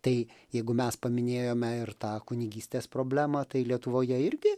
tai jeigu mes paminėjome ir tą kunigystės problemą tai lietuvoje irgi